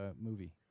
movie